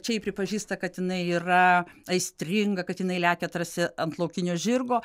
čia ji pripažįsta kad jinai yra aistringa kad jinai lekia tarsi ant laukinio žirgo